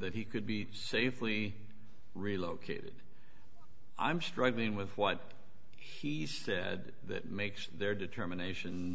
that he could be safely relocated i'm struggling with what he said that makes their determination